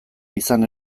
izan